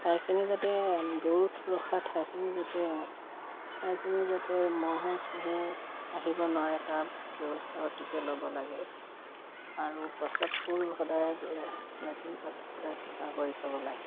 ঠাইখিনি যাতে গৰু ৰখা ঠাইখিনি যাতে ঠাইখিনি যাতে মহে চহে আহিব নোৱাৰে তাৰ ব্যৱস্থা অতিকে ল'ব লাগে আৰু প্ৰাস্ৰাৱবোৰ সদায় লেটিন প্ৰাস্ৰাৱ সদায় চফা কৰি থ'ব লাগে